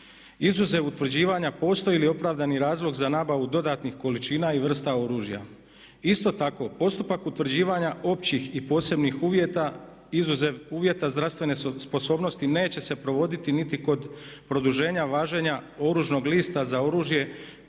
izuzev utvrđivanja postoji li opravdani razlog za nabavu dodatnih količina i vrsta oružja. Isto tako, postupak utvrđivanja općih i posebnih uvjeta izuzev uvjeta zdravstvene sposobnosti neće se provoditi niti kod produženja važenja oružnog lista za oružje